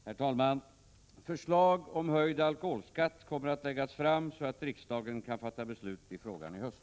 Herr talman! Förslag om höjd alkoholskatt kommer att läggas fram så att riksdagen kan fatta beslut i frågan i höst.